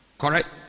Correct